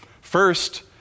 First